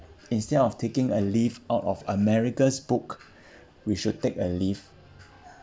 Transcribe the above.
instead of taking a leaf out of america's book we should take a leaf